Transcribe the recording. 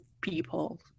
people